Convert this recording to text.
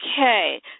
Okay